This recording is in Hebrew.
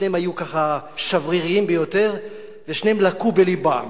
שניהם היו שבריריים ביותר ושניהם לקו בלבם